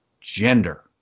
gender